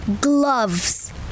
gloves